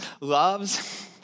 loves